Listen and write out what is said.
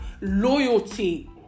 loyalty